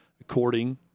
according